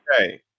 okay